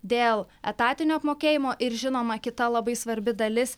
dėl etatinio apmokėjimo ir žinoma kita labai svarbi dalis